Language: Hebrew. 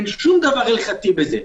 אין שום דבר הלכתי בזה.